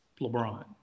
LeBron